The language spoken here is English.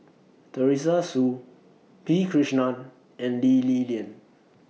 Teresa Hsu P Krishnan and Lee Li Lian